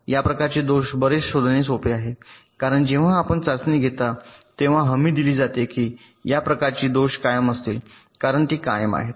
या प्रकारचे दोष बरेच शोधणे सोपे आहे आहेत कारण जेव्हा आपण चाचणी घेता तेव्हा हमी दिली जाते की या प्रकारची दोष कायम असतील कारण ते कायम आहे